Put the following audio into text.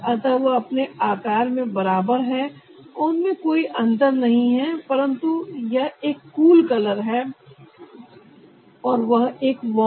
अतः वह अपने आकार में बराबर हैं और उन में कोई अंतर नहीं है परंतु यह एक कूल कलर है और वह एक वार्म